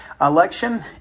election